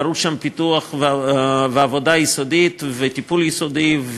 דרושים שם פיתוח ועבודה יסודית וטיפול יסודי.